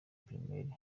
primaire